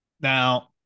Now